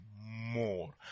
more